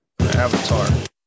avatar